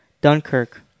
Dunkirk